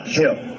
help